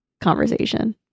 conversation